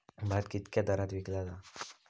भात कित्क्या दरात विकला जा?